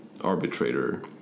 arbitrator